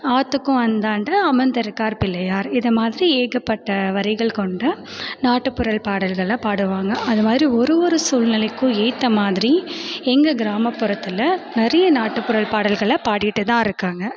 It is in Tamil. ஆற்றுக்கும் அந்தாண்டே அமர்ந்து இருக்கார் பிள்ளையார் இது மாதிரி ஏகப்பட்ட வரிகள் கொண்ட நாட்டுப்புறல் பாடல்களை பாடுவாங்க அது மாதிரி ஒரு ஒரு சூழ்நிலைக்கும் ஏற்ற மாதிரி எங்கள் கிராமபுறத்தில் நிறைய நாட்டுப்புறல் பாடல்களை பாடிகிட்டு தான் இருக்காங்க